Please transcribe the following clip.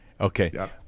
Okay